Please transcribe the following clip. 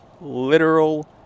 literal